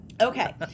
Okay